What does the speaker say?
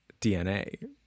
DNA